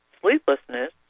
sleeplessness